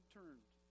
turned